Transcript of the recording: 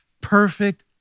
perfect